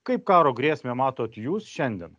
kaip karo grėsmę matot jūs šiandien